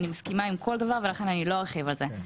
אני מסכימה עם כל דבר ולכן לא ארחיב על זה.